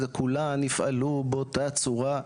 כולן יפעלו באותה צורה.